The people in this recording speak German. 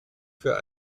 für